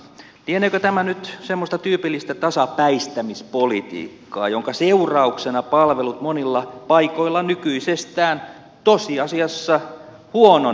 lieneekö tämä nyt semmoista tyypillistä tasapäistämispolitiikkaa jonka seurauksena palvelut monilla paikoilla nykyisestään tosiasiassa huononevat